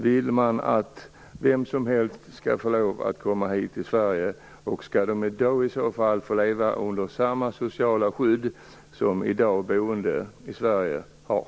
Vill ni att vem som helst skall få lov att komma hit till Sverige? Skall de i så fall få leva under samma sociala skydd som de i dag boende i Sverige har?